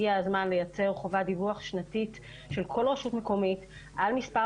הגיע הזמן לייצר חובת דיווח שנתית של כל רשות מקומית על מספר